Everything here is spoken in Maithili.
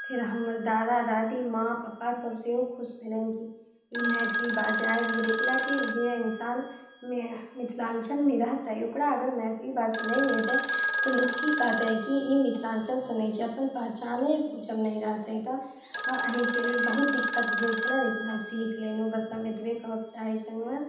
फेर हमर दादा दादी माँ पप्पा सब सेहो खुश भेलनि कि मैथिली बाजऽ आबि गेलै कयला कि जे इंसान मिथिलाञ्चलमे रहतै ओकरा अगर मैथिली बाजऽ नहि एते तऽ लोक की कहतै की ई मिथिलाञ्चलसँ नहि छै अपने पहचाने जब नहि रहते तऽ अहिके लेल बहुत दिक्कत भेल छलै लेकिन हम सीख लेलहुँ बस हम एतबे कहऽ चाहैत छलहुँ हँ